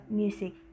music